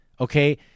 okay